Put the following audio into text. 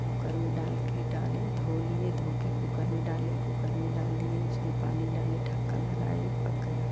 cooker में डाल के डाले धो लिए धोके कुकर में डाले कुकर में डाल दिए उसमे पानी डाले ढक्कन लगाए पक गया